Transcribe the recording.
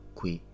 qui